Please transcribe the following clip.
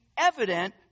evident